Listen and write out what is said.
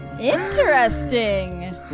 Interesting